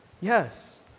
yes